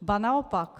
Ba naopak.